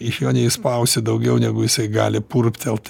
iš jo neišspausi daugiau negu jisai gali purptelt